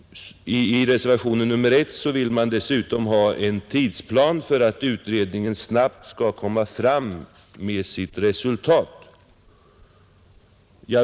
Reservanterna vill dessutom ha en tidsplan för att utredningen snabbt skall komma fram med sitt resultat.